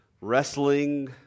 wrestling